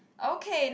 okay